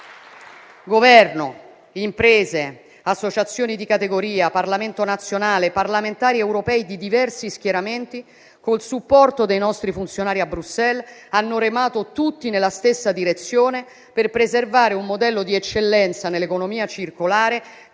Governo, imprese, associazioni di categoria, Parlamento nazionale, parlamentari europei di diversi schieramenti, col supporto dei nostri funzionari a Bruxelles, hanno remato tutti nella stessa direzione, per preservare un modello di eccellenza nell'economia circolare,